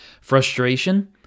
Frustration